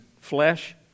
flesh